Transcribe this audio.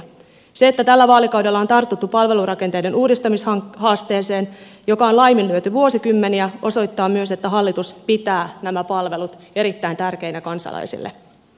se että tällä vaalikaudella on tartuttu palvelurakenteiden uudistamishaasteeseen joka on laiminlyöty vuosikymmeniä osoittaa myös että hallitus pitää näitä palveluita erittäin tärkeinä kansalaisille